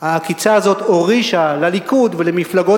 העקיצה הזאת הורישה לליכוד ולמפלגות